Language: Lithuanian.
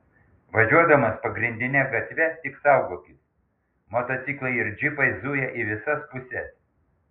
važiuodamas pagrindine gatve tik saugokis motociklai ir džipai zuja į visas puses